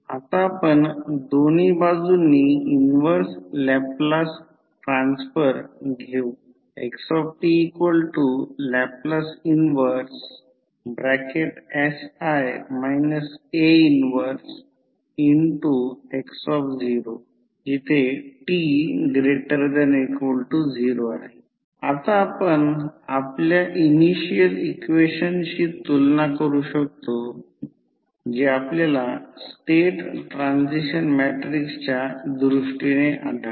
आता आपण दोन्ही बाजूंनी इन्व्हर्स लॅपलास रूपांतर घेऊ xtL 1sI A 1x0t≥0 आता आपण आपल्या इनिशियल इक्वेशनशी तुलना करू शकतो जे आपल्याला स्टेट ट्रान्सिशन मॅट्रिक्सच्या दृष्टीने आढळले